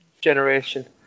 generation